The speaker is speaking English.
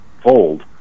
fold